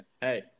Hey